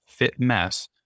fitmess